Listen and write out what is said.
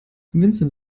vincent